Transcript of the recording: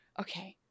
Okay